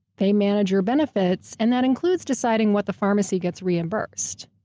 they manage your benefits, and that includes deciding what the pharmacy gets reimbursed.